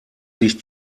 sich